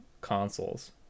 consoles